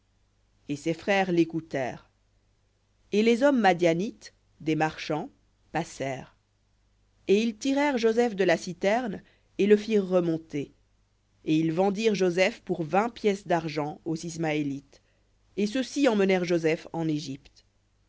et ses frères lécoutèrent et les hommes madianites des marchands passèrent et ils tirèrent joseph de la citerne et le firent remonter et ils vendirent joseph pour vingt pièces d'argent aux ismaélites et ceux-ci emmenèrent joseph en égypte